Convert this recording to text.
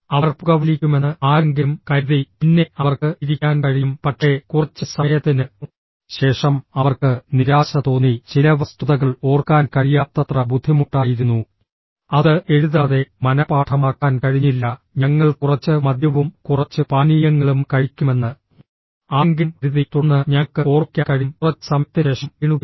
അവർ പുകവലിക്കുമെന്ന് ആരെങ്കിലും കരുതി പിന്നെ അവർക്ക് ഇരിക്കാൻ കഴിയും പക്ഷേ കുറച്ച് സമയത്തിന് ശേഷം അവർക്ക് നിരാശ തോന്നി ചില വസ്തുതകൾ ഓർക്കാൻ കഴിയാത്തത്ര ബുദ്ധിമുട്ടായിരുന്നു അത് എഴുതാതെ മനപാഠമാക്കാൻ കഴിഞ്ഞില്ല ഞങ്ങൾ കുറച്ച് മദ്യവും കുറച്ച് പാനീയങ്ങളും കഴിക്കുമെന്ന് ആരെങ്കിലും കരുതി തുടർന്ന് ഞങ്ങൾക്ക് ഓർമ്മിക്കാൻ കഴിയും കുറച്ച് സമയത്തിന് ശേഷം വീണുപോയി